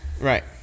Right